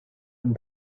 and